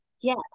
Yes